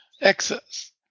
excess